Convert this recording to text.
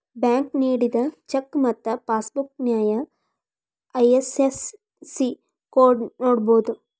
bank ನೇಡಿದ cheque ಮತ್ತ passbook ನ್ಯಾಯ ಐ.ಎಫ್.ಎಸ್.ಸಿ ಕೋಡ್ನ ನೋಡಬೋದು